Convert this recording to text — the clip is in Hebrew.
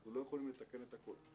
אנחנו לא יכולים לתקן את הכל.